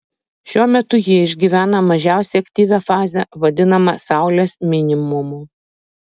šiuo metu ji išgyvena mažiausiai aktyvią fazę vadinamą saulės minimumu